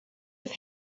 have